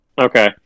Okay